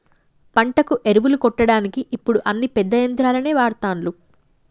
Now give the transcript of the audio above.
పంటకు ఎరువులు కొట్టడానికి ఇప్పుడు అన్ని పెద్ద యంత్రాలనే వాడ్తాన్లు